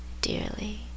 dearly